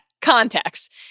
context